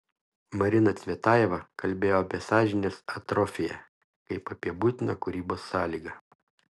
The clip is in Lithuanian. marina cvetajeva kalbėjo apie sąžinės atrofiją kaip apie būtiną kūrybos sąlygą